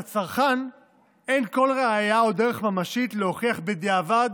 לצרכן אין כל ראיה או דרך ממשית להוכיח בדיעבד